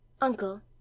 Uncle